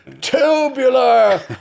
Tubular